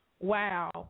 Wow